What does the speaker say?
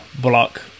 block